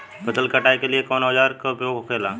फसल की कटाई के लिए कवने औजार को उपयोग हो खेला?